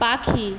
পাখি